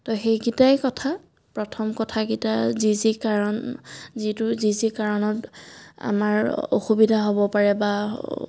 তো সেইকেইটাই কথা প্ৰথম কথাকেইটা যি যি কাৰণ যিটো যি যি কাৰণত আমাৰ অসুবিধা হ'ব পাৰে বা